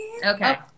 Okay